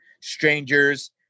strangers